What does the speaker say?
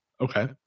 Okay